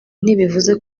ntibivuze